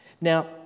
Now